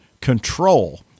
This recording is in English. control